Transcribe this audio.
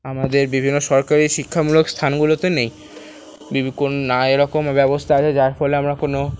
আমাদের বিভিন্ন সরকারি শিক্ষামূলক স্থানগুলোতে নেই কোন না এরম ব্যবস্থা আছে যার ফলে আমরা কোন